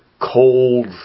cold